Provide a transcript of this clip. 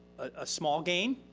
a small gain,